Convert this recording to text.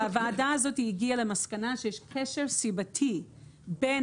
והוועדה הזאת הגיעה למסקנה שיש קשר סיבתי בין